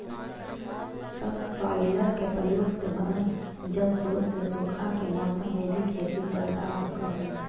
subsoiler के प्रयोग से बनल जलस्रोत से सूखा के मौसम में भी खेती करल जा सकऽ हई